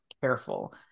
careful